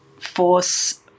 force